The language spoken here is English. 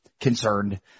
concerned